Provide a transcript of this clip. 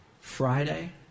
Friday